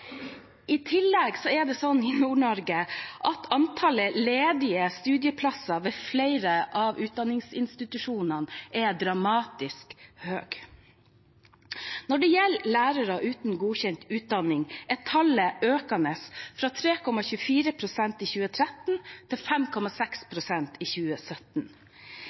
I Nord-Norge er det i tillegg slik at antallet ledige studieplasser ved flere av utdanningsinstitusjonene er dramatisk høyt. Når det gjelder lærere uten godkjent utdanning, er tallet økende – fra 3,24 pst. i 2013 til 5,6 pst. i 2017.